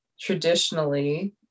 Traditionally